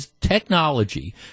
technology